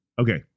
Okay